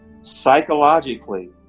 psychologically